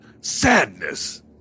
sadness